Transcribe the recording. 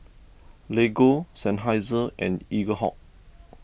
Lego Seinheiser and Eaglehawk